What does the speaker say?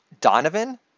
Donovan